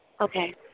Okay